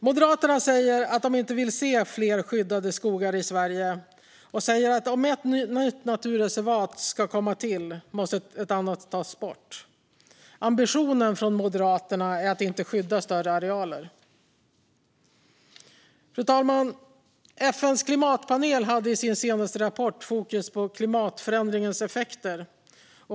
Moderaterna säger att de inte vill se fler skyddade skogar i Sverige. De säger att om ett nytt naturreservat ska komma till måste ett annat tas bort. Ambitionen från Moderaterna är att inte skydda större arealer. Fru talman! FN:s klimatpanel hade i sin senaste rapport fokus på klimatförändringarnas effekter.